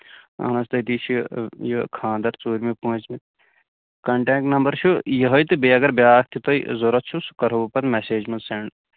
اَہن حظ تٔتہِ چھُ یہِ خاندر ژوٗرمہِ پوٗنژمہِ کَنٹٮ۪کٹ نَمبر چھُ یِہوے تہٕ بیٚیہِ اَگر بیاکھ چھُ تۄہہِ ضوٚرتھ چھُس سُہ کرہو بہٕ تۄہہِ پَتہٕ مٮ۪سٮ۪ج منٛز سٮ۪نڈ